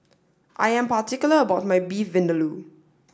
I am particular about my Beef Vindaloo